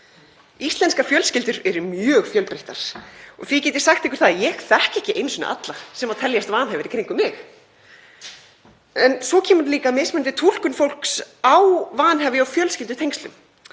Íslenskar fjölskyldur eru mjög fjölbreyttar og því get ég sagt ykkur að ég þekki ekki einu sinni alla sem teljast vanhæfir í kringum mig. Svo kemur líka til mismunandi túlkun fólks á vanhæfi og fjölskyldutengslum.